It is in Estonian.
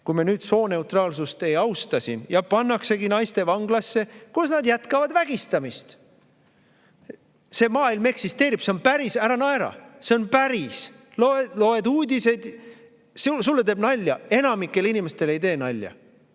kui me nüüd sooneutraalsust ei austa. Ja pannaksegi naistevanglasse, kus nad jätkavad vägistamist. See maailm eksisteerib, see on päris. Ära naera! See on päris! Loed uudiseid … Sulle teeb nalja? Enamikule inimestele ei tee nalja.